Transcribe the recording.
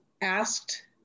asked